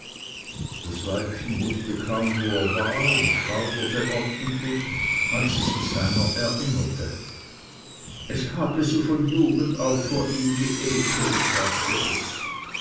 das weibchen wußte kaum wo er war und schauderte ordentlich als sie sich seiner erinnerte es habe sie von jugend auf vor ihm geekelt sagte es